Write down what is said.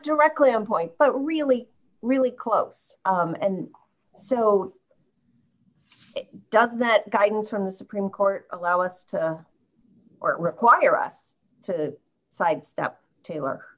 directly on point but really really close and so does that guidance from the supreme court allow us or require us to side step t